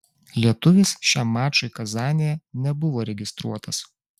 lietuvis šiam mačui kazanėje nebuvo registruotas